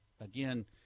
again